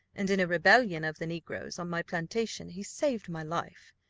and in a rebellion of the negroes on my plantation he saved my life.